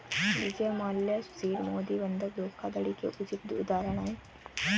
विजय माल्या सुशील मोदी बंधक धोखाधड़ी के उचित उदाहरण है